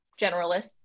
generalists